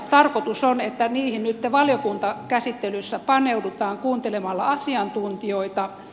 tarkoitus on että niihin nyt valiokuntakäsittelyssä paneudutaan kuuntelemalla asiantuntijoita